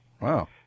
Wow